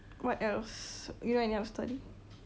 what else you know any other story